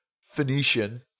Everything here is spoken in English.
Phoenician